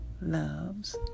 loves